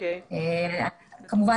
כמובן